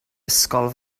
ysgol